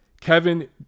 Kevin